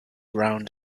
round